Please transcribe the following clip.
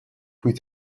with